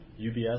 UBS